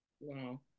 Wow